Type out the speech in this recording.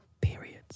Periods